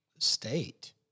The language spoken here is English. state